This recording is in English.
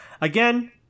Again